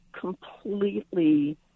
completely